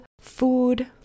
food